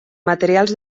materials